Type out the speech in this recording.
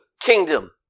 kingdom